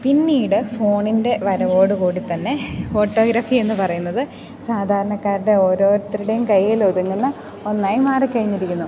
പിന്നീട് ഫോണിൻ്റെ വരവോടുകൂടിതന്നെ ഫോട്ടോഗ്രാഫി എന്നു പറയുന്നത് സാധാരണക്കാരുടെ ഓരോരുത്തരുടേയും കയ്യിൽ ഒതുങ്ങുന്ന ഒന്നായി മാറിക്കഴിഞ്ഞിരിക്കുന്നു